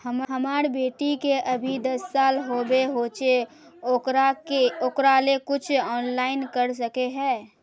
हमर बेटी के अभी दस साल होबे होचे ओकरा ले कुछ ऑनलाइन कर सके है?